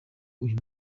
uyu